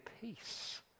peace